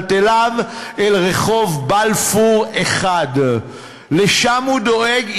חפציו ומיטלטליו אל רחוב בלפור 1. לשם הוא דואג.